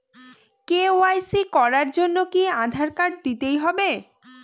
KYC করার জন্য কি আধার কার্ড দিতেই হবে?